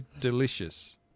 delicious